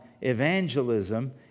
evangelism